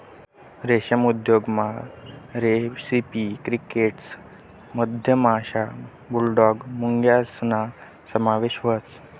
रेशीम उद्योगमा रेसिपी क्रिकेटस मधमाशा, बुलडॉग मुंग्यासना समावेश व्हस